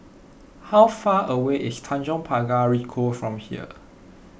how far away is Tanjong Pagar Ricoh from here